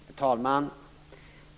Herr talman!